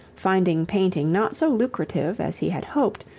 finding painting not so lucrative as he had hoped,